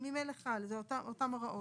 זה ממילא חל, זה אותן הוראות.